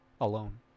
alone